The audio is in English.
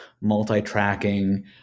multi-tracking